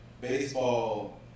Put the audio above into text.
Baseball